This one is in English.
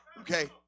Okay